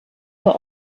war